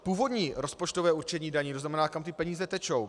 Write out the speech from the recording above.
Původní rozpočtové určení daní, tzn. kam ty peníze tečou.